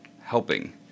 helping